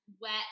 wet